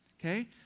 Okay